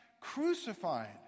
crucified